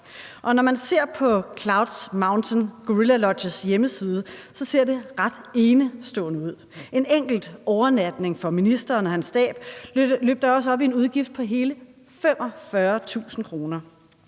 når man ser på Clouds Mountain Gorilla Lodges hjemmeside, ser det ret enestående ud. En enkelt overnatning for ministeren og hans stab løb da også op i en udgift på hele 45.000 kr.